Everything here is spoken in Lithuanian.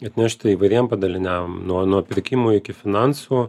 atnešti įvairiem padaliniam nuo nuo pirkimų iki finansų